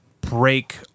break